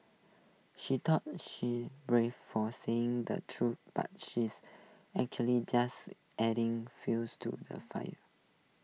she thought she's brave for saying the truth but she's actually just adding fuels to the fire